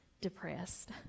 depressed